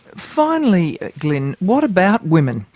finally, glyn, what about women?